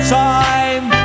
time